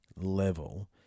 level